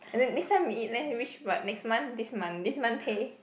and then next time we eat then which what next month this month this month pay